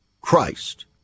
Christ